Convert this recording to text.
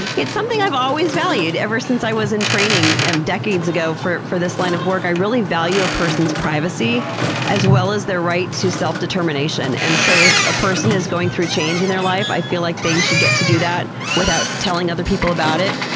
and it's something i've always valued ever since i was in training decades ago for for this line of work. i really value a person's privacy as well as their right to self determination. and so if a person is going through change in their life, i feel like they should get do that without telling other people about it.